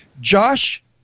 Josh